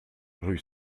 rue